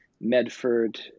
Medford